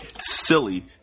silly